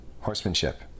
horsemanship